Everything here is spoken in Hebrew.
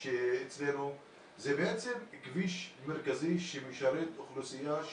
זה בעצם כביש מרכזי שמשרת אוכלוסייה.